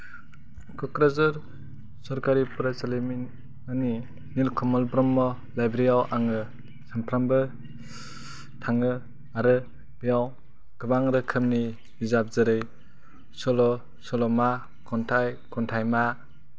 क'क्राझार सरखारि फरायसालिमानि निलकमल ब्रह्म लाइब्रेरियाव आङो सानफ्रामबो थाङो आरो बेयाव गोबां रोखोमनि बिजाब जेरै सल' सल'मा खन्थाइ खन्थाइमा